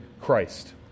Christ